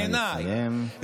בעיניי,